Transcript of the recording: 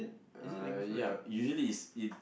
uh ya usually it's it